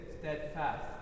steadfast